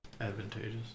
advantageous